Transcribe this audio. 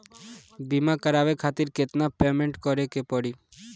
बीमा करावे खातिर केतना पेमेंट करे के पड़ी?